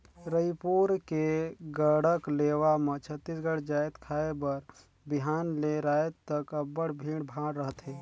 रइपुर के गढ़कलेवा म छत्तीसगढ़ जाएत खाए बर बिहान ले राएत तक अब्बड़ भीड़ भाड़ रहथे